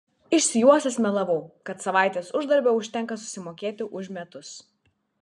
išsijuosęs melavau kad savaitės uždarbio užtenka susimokėti už metus